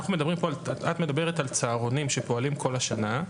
את מדברת על צהרונים שפועלים כל השנה,